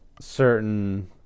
certain